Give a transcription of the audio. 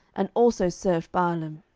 and also served baalim.